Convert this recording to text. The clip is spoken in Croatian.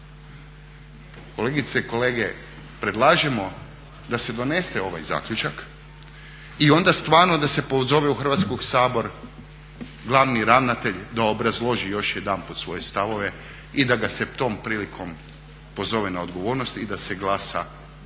Kolegice i kolege predlažemo da se donese ovaj zaključak i onda stvarno da se pozove u Hrvatski sabor glavni ravnatelj da obrazloži još jedanput svoje stavove i da ga se tom prilikom pozove na odgovornost i da se glasa o